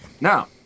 now